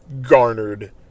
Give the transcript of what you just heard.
garnered